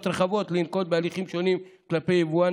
רחבות לנקוט הליכים שונים כלפי יבואן,